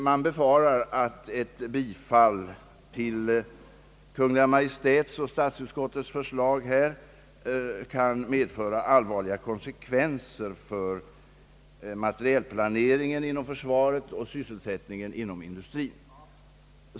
Man befarar att ett bifall till Kungl. Maj:ts och statsutskottets förslag kan medföra allvarliga konsekvenser för materielplaneringen inom försvaret och sysselsättningen inom industrin.